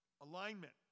Alignment